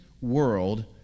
world